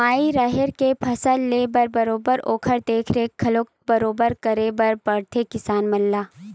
माई राहेर के फसल लेय म बरोबर ओखर देख रेख घलोक बरोबर करे बर परथे किसान मन ला